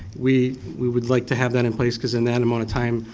we we would like to have that in place because in that amount of time,